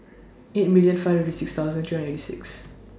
eight million five hundred and fifty six thousand three hundred and eighty six